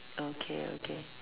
okay okay